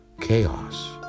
chaos